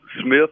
smith